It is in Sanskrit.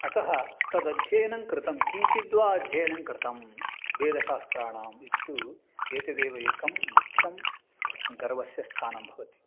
अतः तदध्यनङ्कृतं किञ्चिद्वा अध्ययनं कृतं वेदशास्त्राणाम् इति तु एतदेव एकं मुख्यं गर्वस्य स्थानं भवति